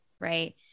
right